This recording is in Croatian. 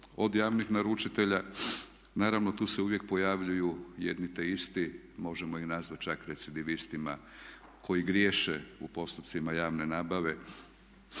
od javnih naručitelja. Naravno tu se uvijek pojavljuju jedno te isti, možemo ih nazvati čak recidivistima koji griješe u postupcima javne nabave.